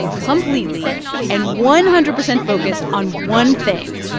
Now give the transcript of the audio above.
completely and one hundred percent focused on one thing,